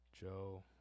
Joe